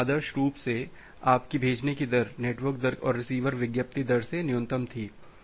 इसलिए आदर्श रूप से आपकी भेजने की दर नेटवर्क दर और रिसीवर विज्ञापित दर से न्यूनतम थी